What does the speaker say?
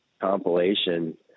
compilation